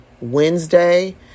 Wednesday